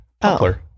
Poplar